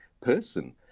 person